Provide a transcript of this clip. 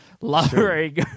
Lowering